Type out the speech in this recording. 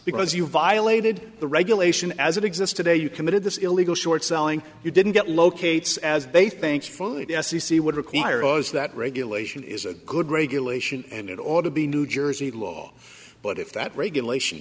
because you violated the regulation as it exists today you committed this illegal short selling you didn't get locates as they thankfully the f c c would require was that regulation is a good regulation and it ought to be new jersey law but if that regulation